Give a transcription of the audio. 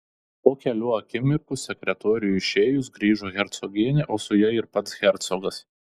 po kelių akimirkų sekretoriui išėjus grįžo hercogienė o su ja ir pats hercogas